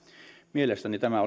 mielestäni tämä